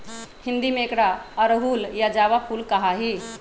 हिंदी में एकरा अड़हुल या जावा फुल कहा ही